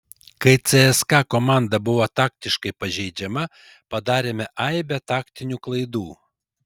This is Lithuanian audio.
kai cska komanda buvo taktiškai pažeidžiama padarėme aibę taktinių klaidų